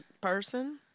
person